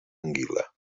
anguila